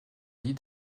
lit